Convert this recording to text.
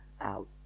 out